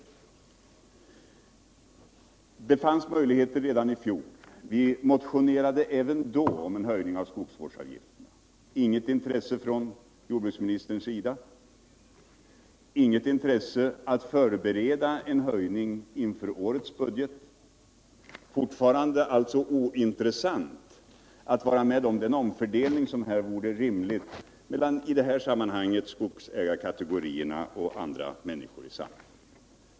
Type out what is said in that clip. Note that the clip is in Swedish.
Det fanns möjligheter redan i fjol. Vi motionerade även då om en höjning av skogsvårdsavgifterna. — Inget intresse från jordbruksministerns sida. Inget intresse av att förbereda en höjning inför årets budget. Det är alltså fortfarande ointressant för regeringen att vara med om den omfördelning som här vore rimlig mellan skogsägarkategorierna och andra människor i samhället.